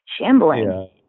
shambling